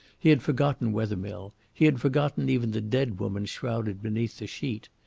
he had forgotten wethermill he had forgotten even the dead woman shrouded beneath the sheet.